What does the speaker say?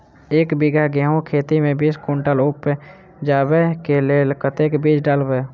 एक बीघा गेंहूँ खेती मे बीस कुनटल उपजाबै केँ लेल कतेक बीज डालबै?